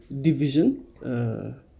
division